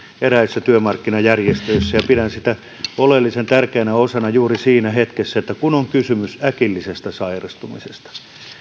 eräissä työmarkkinajärjestöissä ja pidän sitä oleellisen tärkeänä osana juuri siinä hetkessä kun on kysymys äkillisestä sairastumisesta